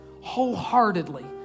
wholeheartedly